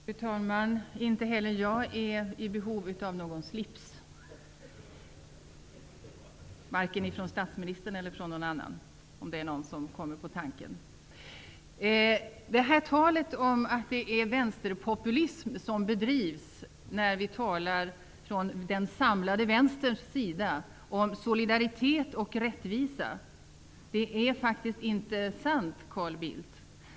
Fru talman! Inte heller jag är i behov av någon slips, varken från statsministern eller från någon annan, om det är någon som kommer på den tanken. Talet om att det är vänsterpopulism som bedrivs när vi från den samlade vänsterns sida talar om solidaritet och rättvisa är faktiskt inte sant, Carl Bildt.